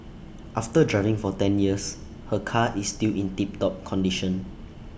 after driving for ten years her car is still in tip top condition